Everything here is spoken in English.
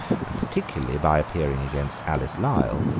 and particularly by appearing against alice lisle,